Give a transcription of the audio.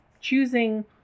choosing